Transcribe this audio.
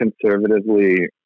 conservatively